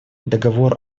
договор